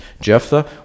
Jephthah